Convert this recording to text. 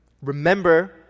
remember